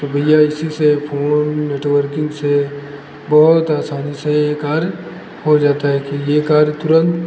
तो भैया इसी से फोन नेटवर्किंग से बहुत आसानी से ये कार्य हो जाता है कि ये कार्य तुरंत